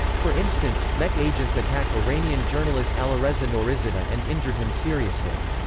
for instance, mek agents attacked iranian journalist alireza nourizadeh and injured him seriously.